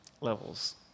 levels